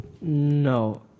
No